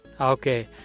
Okay